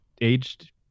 aged